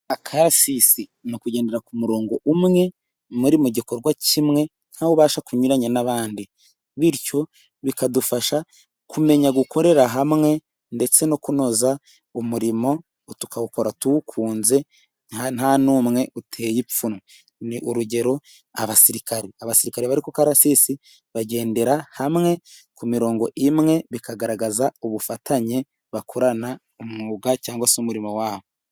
Akarasisi ni ukugendera ku murongo umwe, muri mu gikorwa kimwe ntawubasha kunyuranya n'abandi, bityo bikadufasha kumenya gukorera hamwe ,ndetse no kunoza umurimo tukawukora tuwukunze nta n'umwe uteye ipfunwe, ni urugero abasirikare, abasirikare bari ku karasisi bagendera hamwe ,ku mirongo imwe bikagaragaza ubufatanye bakorana umwuga ,cyangwa se umurimo wabo.